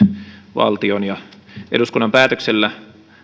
valtion ja eduskunnan päätöksellä